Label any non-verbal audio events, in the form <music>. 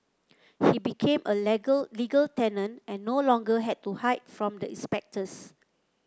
he became a <unintelligible> legal tenant and no longer had to hide from the inspectors